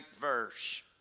verse